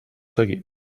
seguit